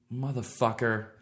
motherfucker